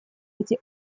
эти